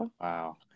Wow